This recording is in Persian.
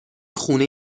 خونه